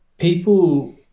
people